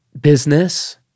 business